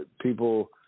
people